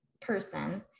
person